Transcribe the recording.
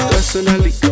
Personally